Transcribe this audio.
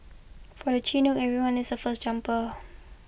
for the Chinook everyone is a first jumper